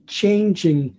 changing